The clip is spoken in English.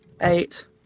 eight